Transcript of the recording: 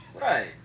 Right